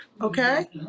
okay